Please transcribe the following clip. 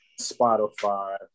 Spotify